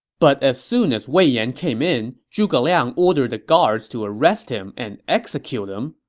but as soon as wei yan came in, zhuge liang ordered the guards to arrest him and execute him,